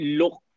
look